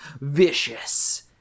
vicious